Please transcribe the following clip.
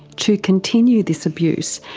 to continue this abuse.